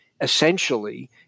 essentially